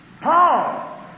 Paul